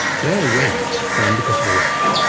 blair went because of iraq.